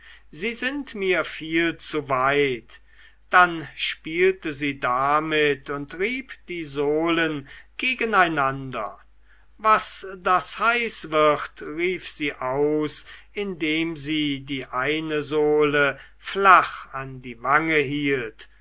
sie sind mir viel zu weit dann spielte sie damit und rieb die sohlen gegeneinander was das heiß wird rief sie aus indem sie die eine sohle flach an die wange hielt